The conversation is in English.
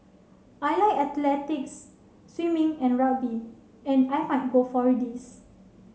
I like athletics swimming and rugby and I might go for these